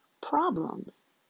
problems